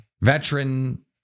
veteran